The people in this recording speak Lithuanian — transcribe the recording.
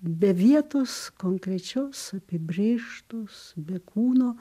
be vietos konkrečios apibrėžtos be kūno